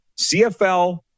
CFL